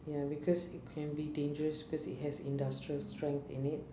ya because it can be dangerous because it has industrial strength in it